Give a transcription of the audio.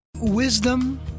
Wisdom